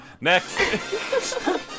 Next